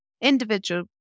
individual